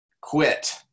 quit